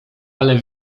ale